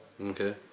Okay